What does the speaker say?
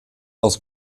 aus